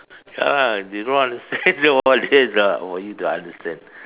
ya lah they don't understand then what that is the for you to understand